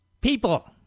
People